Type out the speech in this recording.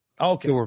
Okay